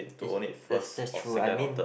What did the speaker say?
is that's that's true I mean